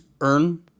earn